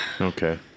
Okay